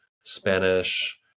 Spanish